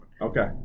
Okay